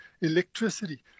electricity